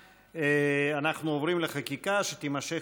שתימשך,